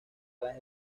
las